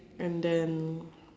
and then